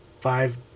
five